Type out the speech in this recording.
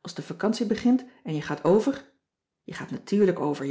als de vacantie begint en je gaat over je gaat natuùrlijk over